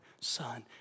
Son